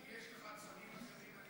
אם יש לך צמים אחרים,